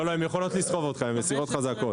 לא, לא, הן יכולות לסחוב אותך, הן סירות חזקות.